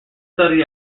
studied